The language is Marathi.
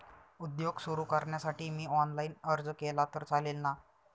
उद्योग सुरु करण्यासाठी मी ऑनलाईन अर्ज केला तर चालेल ना?